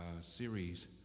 series